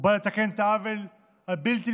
הוא בא לתקן את העוול הבלתי-נסלח